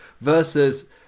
versus